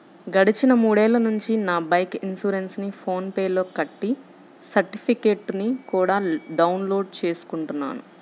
గడిచిన మూడేళ్ళ నుంచి నా బైకు ఇన్సురెన్సుని ఫోన్ పే లో కట్టి సర్టిఫికెట్టుని కూడా డౌన్ లోడు చేసుకుంటున్నాను